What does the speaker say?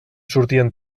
sortien